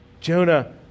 Jonah